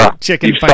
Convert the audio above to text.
chicken